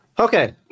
Okay